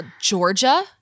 Georgia